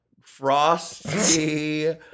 frosty